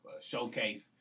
showcase